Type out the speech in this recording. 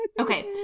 okay